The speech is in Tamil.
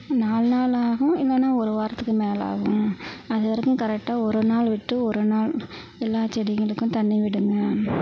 நாலு நாள் ஆகும் இல்லைனா ஒரு வாரத்துக்கு மேலே ஆகும் அது வரைக்கும் கரெக்டாக ஒரு நாள் விட்டு ஒரு நாள் எல்லா செடிங்களுக்கும் தண்ணி விடுங்க